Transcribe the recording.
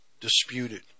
disputed